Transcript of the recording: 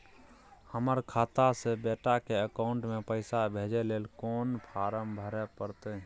हमर खाता से बेटा के अकाउंट में पैसा भेजै ल कोन फारम भरै परतै?